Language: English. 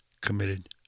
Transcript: committed